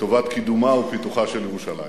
לטובת קידומה ופיתוחה של ירושלים.